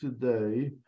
today